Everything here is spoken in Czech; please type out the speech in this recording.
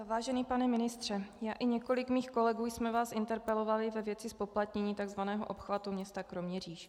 Vážený pane ministře, já i několik mých kolegů jsme vás interpelovali ve věci zpoplatnění tzv. obchvatu města Kroměříž.